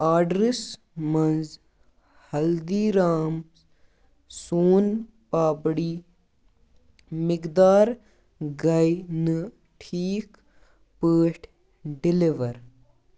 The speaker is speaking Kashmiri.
آرڈرَس منٛز ہلدیٖرام سون پاپڈی مٮ۪قدار گٔے نہٕ ٹھیٖک پٲٹھۍ ڈیٚلیور